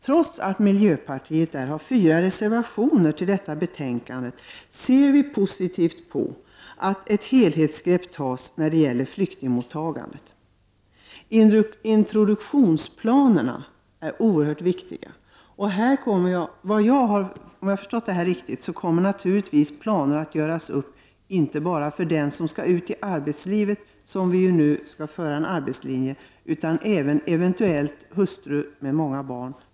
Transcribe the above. Trots att miljöpartiet har avgett fyra reservationer till detta senare betänkande, ser vi positivt på att ett helhetsgrepp tas i fråga om flyktingmottagandet. Introduktionsplanerna är oerhört viktiga. Om jag har förstått saken rätt kommer dessa planer att göras upp inte bara för dem som skall ut i arbetslivet utan även för hustrur i familjer med många barn.